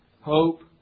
hope